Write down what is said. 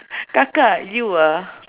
kakak you ah